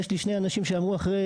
יש לי שני אנשים שאמרו אחרי